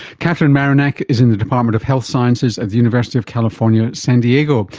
catherine marinac is in the department of health sciences at the university of california, san diego.